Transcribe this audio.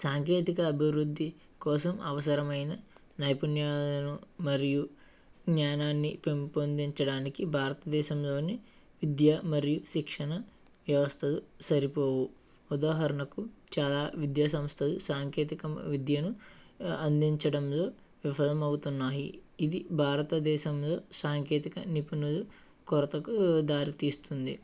సాంకేతికత అభివృద్ధి కోసం అవసరమైన నైపుణ్యాలను మరియు జ్ఞానాన్ని పెంపొందించడానికి భారతదేశంలోని విద్య మరియు శిక్షణ వ్యవస్థలు సరిపోవు ఉదాహరణకు చాలా విద్యా సంస్థలు సాంకేతిక విద్యను అందించడంలో విఫలం అవుతున్నాయి ఇది భారతదేశంలో సాంకేతికత నిపుణులు కొరతకు దారితీస్తుంది